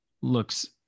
looks